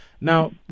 Now